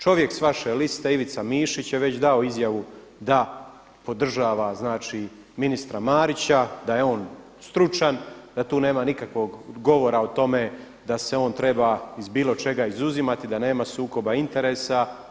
Čovjek sa vaše liste Ivica Mišić je već dao izjavu da podržava znači ministra Marića, da je on stručan, da tu nema nikakvog govora o tome da se on treba iz bilo čega izuzimati, da nema sukoba interesa.